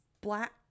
black